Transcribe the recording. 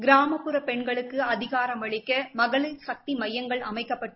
கிராமப்புற பெண்களுக்கு அதிகாரம் அளிக்க மகளிர் சக்தி மையங்கள் அமைக்கப்பட்டு